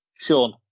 Sean